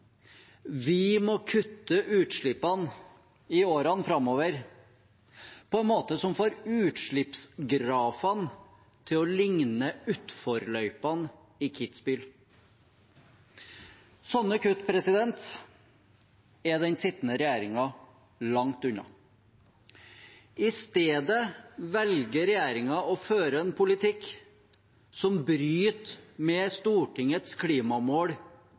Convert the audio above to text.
Vi må kutte utslippene i årene framover på en måte som får utslippsgrafene til å ligne utforløypene i Kitzbühel. Sånne kutt er den sittende regjeringen langt unna. I stedet velger regjeringen å føre en politikk som bryter med Stortingets klimamål